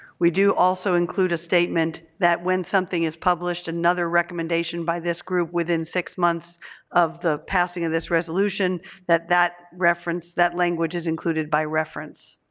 we do also include a statement that when something is published another recommendation by this group within six months of the passing of this resolution that that reference, that language is included by reference.